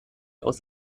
aus